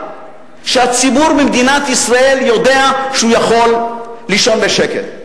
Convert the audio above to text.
שהציבור במדינת ישראל יודע שהוא יכול לישון בשקט.